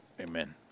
Amen